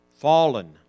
Fallen